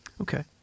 Okay